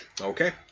Okay